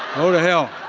go to hell.